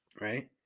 right